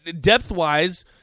depth-wise